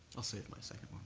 i'll save my second